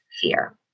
fear